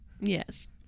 Yes